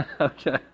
Okay